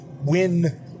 win